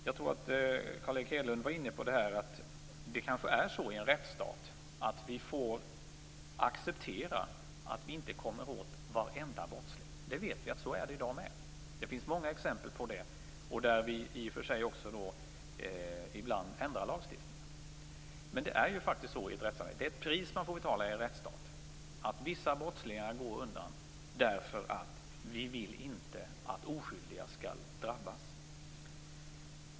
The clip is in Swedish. Jag tror att Carl Erik Hedlund var inne på att det kanske är så i en rättsstat att vi får acceptera att vi inte kommer åt varenda brottsling. Vi vet att så är det också i dag. Det finns många exempel på det, där vi i och för sig också ibland ändrar lagstiftningen. Men det är faktiskt ett pris man får betala i en rättsstat att vissa brottslingar kommer undan därför att vi inte vill att oskyldiga skall drabbas.